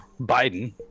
Biden